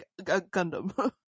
Gundam